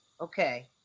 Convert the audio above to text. Okay